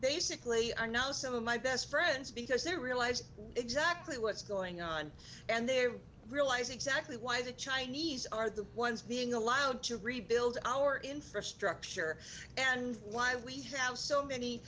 basically are not some of my best friends because they realize exactly what's going on and they're realizing sadly why the chinese are the ones being allowed to rebuild our infrastructure and why we have so many